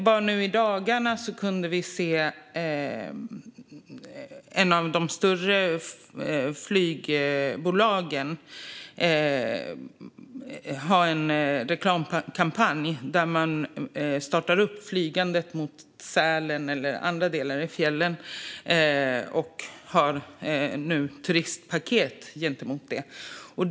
Bara nu i dagarna kunde vi se en reklamkampanj från ett av de större flygbolagen där man startar flygandet till Sälen eller andra delar av fjällen och har turistpaket för detta.